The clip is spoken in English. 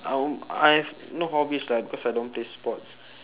I w~ I have no hobbies lah because I don't play sports